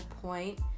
point